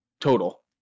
Total